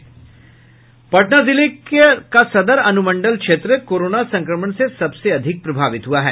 वही पटना जिले के सदर अनुमंडल क्षेत्र कोरोना संक्रमण से सबसे अधिक प्रभावित हुआ है